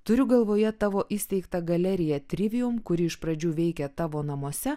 turiu galvoje tavo įsteigtą galeriją trivium kuri iš pradžių veikė tavo namuose